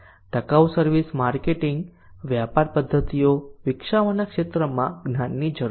ટકાઉ service marketing વ્યાપાર પદ્ધતિઓ વિકસાવવાના ક્ષેત્રમાં જ્ઞાનની જરૂર છે